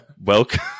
welcome